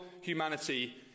humanity